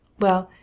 well,